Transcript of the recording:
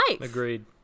Agreed